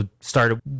started